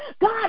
God